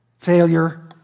Failure